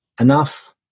enough